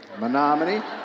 Menominee